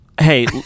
Hey